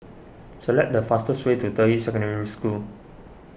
select the fastest way to Deyi Secondary School